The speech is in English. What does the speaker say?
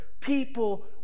people